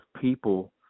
people